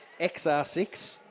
XR6